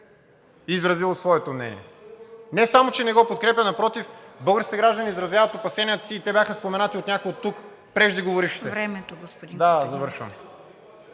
изразило своето мнение. Не само че не го подкрепя, напротив, българските граждани изразяват опасенията си и те бяха споменати от някой от тук преждеговорившите.